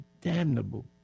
damnable